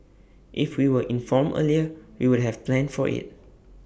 if we were informed earlier we would have planned for IT